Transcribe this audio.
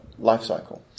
lifecycle